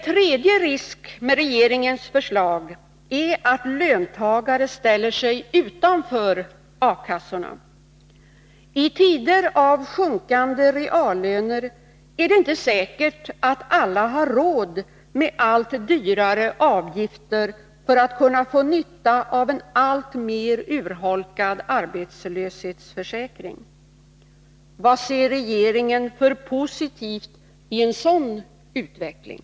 Man skapar en risk för att löntagare ställer sig utanför A-kassorna. I tider av sjunkande reallöner är det inte säkert att alla har råd med allt dyrare avgifter för att kunna få nytta av en alltmer urholkad arbetslöshetsförsäkring. Vad ser regeringen för positivt i en sådan utveckling?